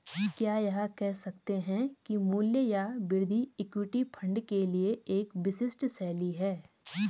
क्या यह कह सकते हैं कि मूल्य या वृद्धि इक्विटी फंड के लिए एक विशिष्ट शैली है?